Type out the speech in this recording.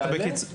באמת,